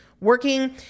working